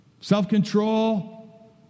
Self-control